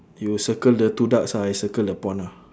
you circle the two ducks ah I circle the pond ah